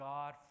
God